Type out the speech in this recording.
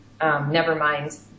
Nevermind